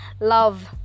Love